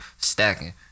stacking